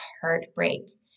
heartbreak